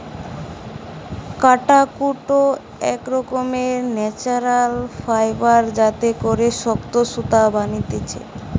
কাটাকুট এক রকমের ন্যাচারাল ফাইবার যাতে করে শক্ত সুতা বানাতিছে